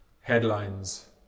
headlines